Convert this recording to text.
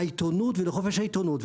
בעיתונות ובחופש העיתונות,